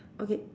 okay